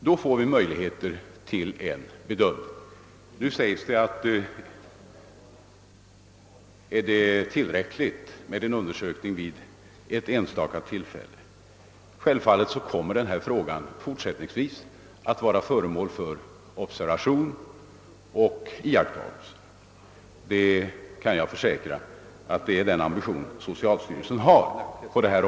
Då får vi möjligheter till en bedömning. Nu ställs frågan: Är det tillräckligt med en undersökning vid enstaka tillfällen? Självfallet kommer frågan fortsättningsvis att vara föremål för observation — jag kan försäkra att det är socialstyrelsens ambition.